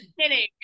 Kidding